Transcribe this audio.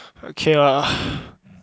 okay lah